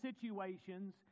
situations